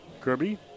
Kirby